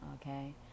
okay